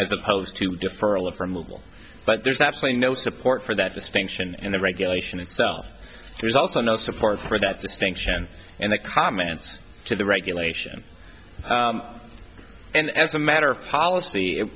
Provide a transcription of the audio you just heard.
as opposed to deferral of removal but there's absolutely no support for that distinction in the regulation itself there's also no support for that distinction in the comments to the regulation and as a matter of policy it